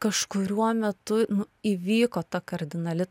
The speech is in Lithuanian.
kažkuriuo metu įvyko ta kardinali